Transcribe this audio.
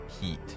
Heat